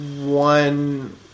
one